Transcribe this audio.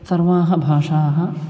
सर्वाः भाषाः